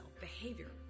behavior